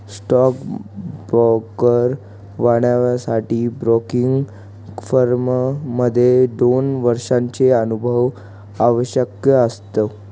stock broker बनण्यासाठी broking firm मध्ये दोन वर्षांचा अनुभव आवश्यक असतो